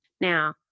Now